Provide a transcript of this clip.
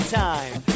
time